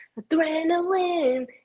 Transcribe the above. Adrenaline